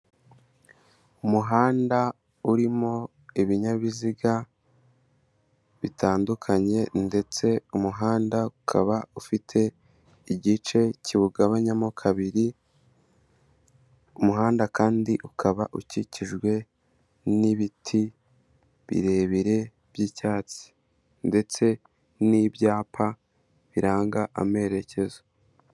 Umuhanda urimo ibinyabiziga bitandukanye ndetse umuhanda ukaba ufite igice kiwugabanyamo kabiri, umuhanda kandi ukaba ukikijwe n'ibiti birebire by'icyatsi ndetse n'ibyapa biranga amerekezo.